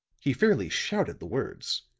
he fairly shouted the words.